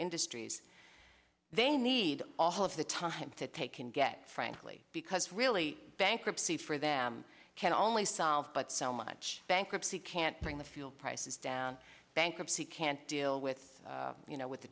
industries they need all of the time to take and get frankly because really bankruptcy for them can only solve but so much bankruptcy can't bring the fuel prices down bankruptcy can't deal with you know with the